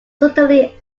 certainly